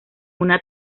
una